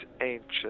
Ancient